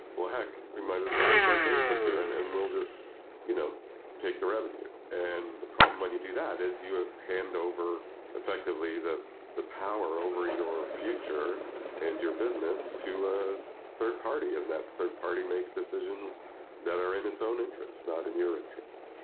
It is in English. well heck, we might as well just let like facebook do it and we'll just you know take the revenue. and the problem when you do that is you ah hand over effectively the the power over your future and your business to a third party and that third party makes decisions that are in its own interest, not in your interest.